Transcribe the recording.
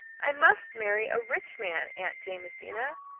i must marry a rich man, aunt jamesina.